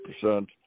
percent